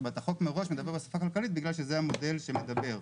החוק מראש מדבר בשפה כלכלית בגלל שזה המודל שמדבר.